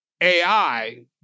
AI